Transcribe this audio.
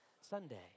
Sunday